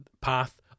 path